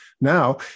Now